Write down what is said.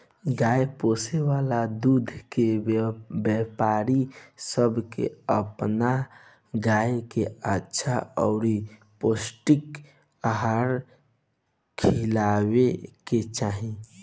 गाय पोसे वाला दूध के व्यापारी सब के अपन गाय के अच्छा अउरी पौष्टिक आहार खिलावे के चाही